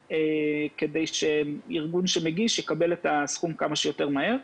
כדי שארגון שמגיש יקבל את סכום הכסף כמה שיותר מהר.